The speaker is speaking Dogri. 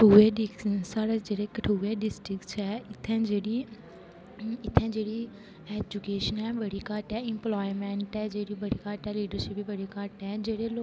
साढ़े कठुऐ साढ़े जेहडे़ कठुऐ डिस्ट्रिकट ऐ इत्थे जेहड़ी इत्थे जेहड़ी ऐजुकेशन ऐ बड़ी घट्ट ऐ इमपलाएमेंट ऐ जेहड़ी बड़ी घट्ट ऐ रेशो बी बड़ी घटट् ऐ जेहडे़ लोक